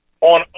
on